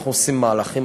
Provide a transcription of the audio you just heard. אנחנו עושים מהלכים,